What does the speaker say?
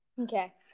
Okay